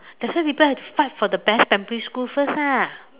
that's why people have to fight for the best primary school first ah